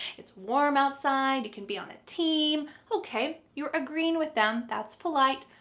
it's warm outside. it can be on a team. okay. you're agreeing with them, that's polite,